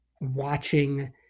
watching